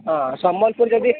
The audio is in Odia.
ହଁ ସମ୍ବଲପୁର ଯଦି